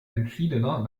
entschiedener